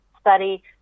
study